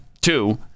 Two